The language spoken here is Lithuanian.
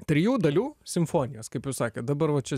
trijų dalių simfonijos kaip jūs sakėt dabar va čia